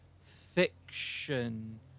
fiction